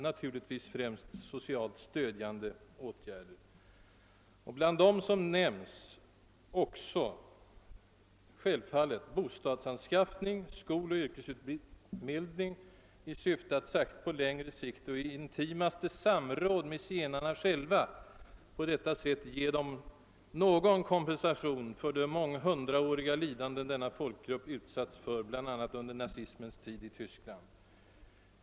Naturligtvis är det främst fråga om socialt stödjande åtgärder, och bland dem som nämns ingår självfallet bostadsanskaffning samt skoloch yrkesutbildning i syfte att särskilt på längre sikt och i intimaste samråd med zigenarna själva ge dem någon kompensation för de månghundraåriga lidanden denna folkgrupp utsatts för, bland annat under nazismens tid i Tyskland.